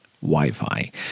Wi-Fi